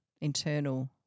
internal